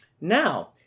now